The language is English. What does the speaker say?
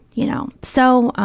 you know. so,